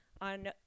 on